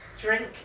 Drink